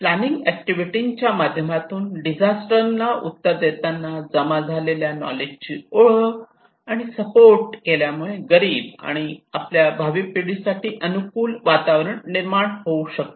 planning activity च्या माध्यमातून disaster ना उत्तर देताना जमा झालेल्या नॉलेजची ओळख आणि सपोर्ट केल्यामुळे गरीब आणि आपल्या भावी पिढीसाठी अनुकूल वातावरण निर्माण होऊ शकते